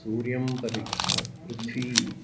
सूर्यं परितः पृथ्वी